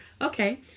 Okay